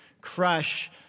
crush